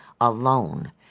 alone